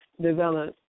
develop